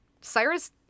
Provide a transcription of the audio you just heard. Cyrus